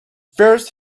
first